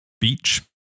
beach